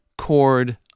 chord